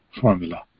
formula